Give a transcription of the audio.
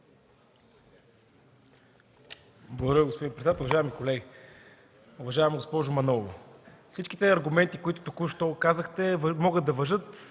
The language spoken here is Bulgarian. Благодаря, господин председател. Уважаеми колеги! Уважаема госпожо Манолова, всички тези аргументи, които току-що казахте, могат да важат